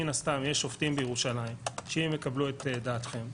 מן הסתם יש שופטים בירושלים שאם יקבלו את דעתכם,